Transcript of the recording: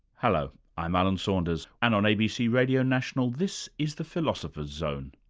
hello, i'm alan saunders and on abc radio national this is the philosopher's zone.